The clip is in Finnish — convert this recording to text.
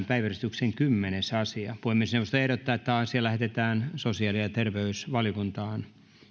päiväjärjestyksen kymmenes asia puhemiesneuvosto ehdottaa että asia lähetetään sosiaali ja terveysvaliokuntaan